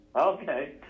Okay